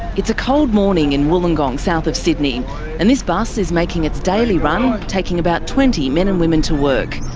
it's a cold morning in wollongong south of sydney and this bus is making its daily run, taking about twenty men and women to work.